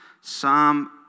Psalm